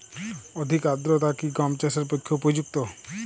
অধিক আর্দ্রতা কি গম চাষের পক্ষে উপযুক্ত?